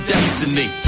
Destiny